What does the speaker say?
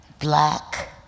black